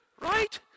right